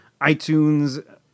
iTunes